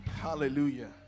Hallelujah